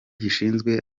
gishinzwe